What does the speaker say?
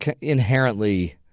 inherently